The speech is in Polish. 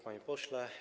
Panie Pośle!